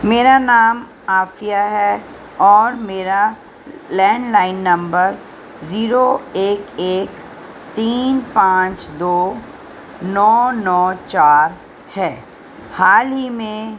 میرا نام عافیہ ہے اور میرا لینڈ لائن نمبر زیرو ایک ایک تین پانچ دو نو نو چار ہے حال ہی میں